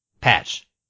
Patch